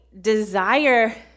desire